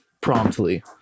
promptly